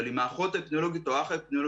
אבל יחד עם האחות האפידמיולוגית או האח האפידמיולוגי